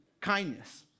kindness